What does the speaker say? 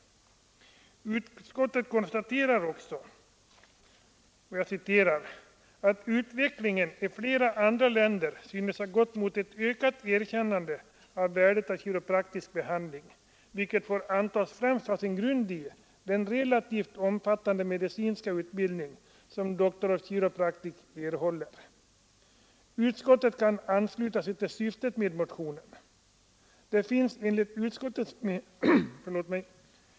Vidare skriver utskottet: ”Utvecklingen i flera andra länder syns också ha gått mot ett ökat erkännande av värdet av kiropraktisk behandling, vilket får antas främst ha sin grund i den relativt omfattande medicinska utbildning som Doctors of Chiropractic erhåller. Utskottet kan ansluta sig till syftet med motionen.